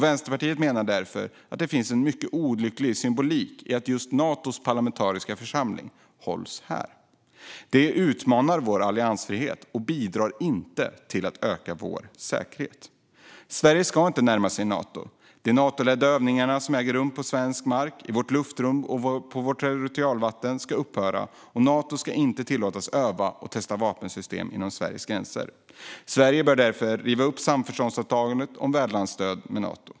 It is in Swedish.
Vänsterpartiet menar att det finns en olycklig symbolik i att just Natos parlamentariska församling hålls här. Det utmanar vår alliansfrihet och bidrar inte till att öka vår säkerhet. Sverige ska inte närma sig Nato. De Natoledda övningar som äger rum på svensk mark, i vårt luftrum och på vårt territorialvatten ska upphöra, och Nato ska inte tillåtas öva och testa vapensystem inom Sveriges gränser. Sverige bör därför riva upp samförståndsavtalet om värdlandsstöd med Nato.